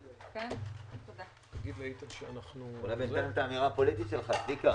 חברים, ברשותכם,